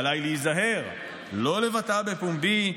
שעליי להישמר לא לבטאה בפומבי,